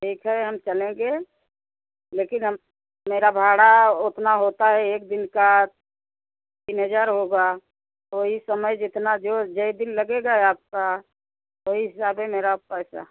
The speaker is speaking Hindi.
ठीक है हम चलेंगे लेकिन हम मेरा भाड़ा उतना होता है एक दिन का तीन हज़ार होगा वही समय जितना जो जो दिन लगेंगे आपके वही हिसाब से मेरा पैसा